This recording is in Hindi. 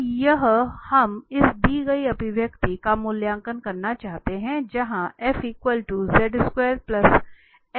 तो यहाँ हम का मूल्यांकन करना चाहते हैं जहाँ हैं